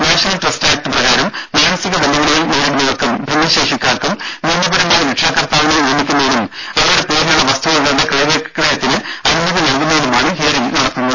national trust act പ്രകാരം മാനസിക വെല്ലുവിളികൾ നേരിടുന്നവർക്കും ഭിന്നശേഷിക്കാർക്കും നിയമപരമായി രക്ഷാകർത്താവിനെ നിയമിക്കുന്നതിനും ഇവരുടെ പേരിലുള്ള വസ്തുവകകളുടെ അനുമതി ക്രയവിക്രയത്തിന് നൽകുന്നതിനുമാണ് ഹിയറിങ്ങ് നടത്തുന്നത്